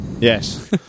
yes